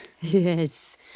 Yes